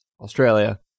Australia